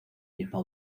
mismo